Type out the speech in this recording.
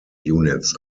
units